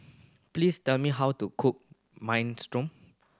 please tell me how to cook Minestrone